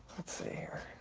let's see here.